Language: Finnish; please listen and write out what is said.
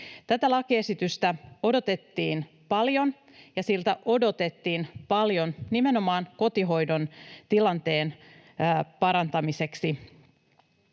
Tätä lakiesitystä odotettiin paljon, ja siltä odotettiin paljon nimenomaan kotihoidon tilanteen parantamiseksi.